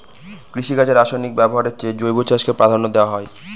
কৃষিকাজে রাসায়নিক ব্যবহারের চেয়ে জৈব চাষকে প্রাধান্য দেওয়া হয়